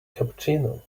cappuccino